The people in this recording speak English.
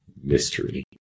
Mystery